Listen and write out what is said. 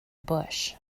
bush